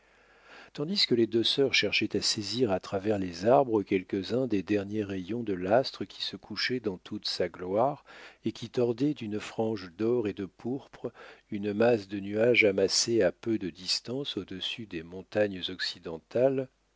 tandis que les deux sœurs cherchaient à saisir à travers les arbres quelques-uns des derniers rayons de l'astre qui se couchait dans toute sa gloire et qui tordaient d'une frange d'or et de pourpre une masse de nuages amassés à peu de distance audessus des montagnes occidentales